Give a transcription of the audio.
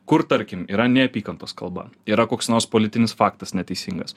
kur tarkim yra neapykantos kalba yra koks nors politinis faktas neteisingas